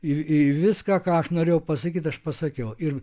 ir ir viską ką aš norėjau pasakyti aš pasakiau ir